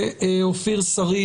מטר.